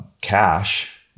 cash